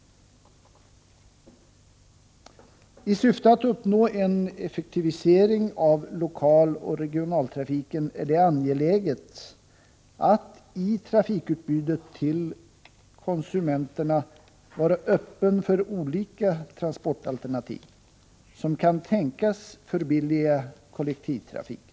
I syfte att uppnå en effektivisering av lokaloch regionaltrafiken är det angeläget att i trafikutbudet till konsumenterna vara öppen för olika transportalternativ som kan tänkas förbilliga kollektivtrafiken.